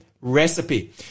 recipe